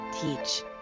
Teach